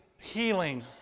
healing